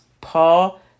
Paul